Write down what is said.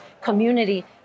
community